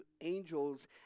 angels